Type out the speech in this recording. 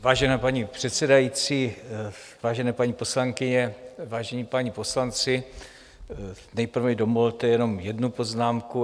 Vážená paní předsedající, vážené paní poslankyně, vážení páni poslanci, nejprve mi dovolte jenom jednu poznámku.